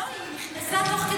לא פגישה.